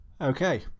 Okay